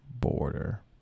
border